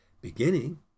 beginning